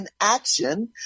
inaction